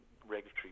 regulatory